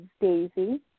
Daisy